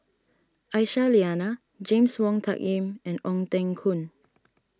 Aisyah Lyana James Wong Tuck Yim and Ong Teng Koon